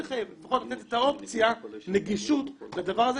לפחות לתת את האופציה של נגישות לדבר הזה,